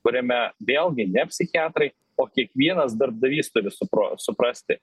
kuriame vėlgi ne psichiatrai o kiekvienas darbdavys turi supro suprasti